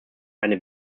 eine